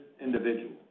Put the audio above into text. individuals